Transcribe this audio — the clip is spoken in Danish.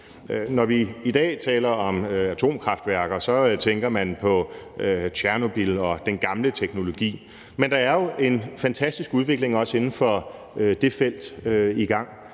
Når vi i dag taler om atomkraftværker, tænker man på Tjernobyl og den gamle teknologi, men der er jo en fantastisk udvikling i gang også inden for det felt, hvor